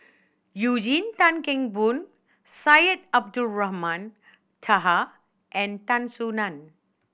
Eugene Tan Kheng Boon Syed Abdulrahman Taha and Tan Soo Nan